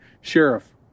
Sheriff